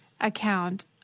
account